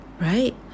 right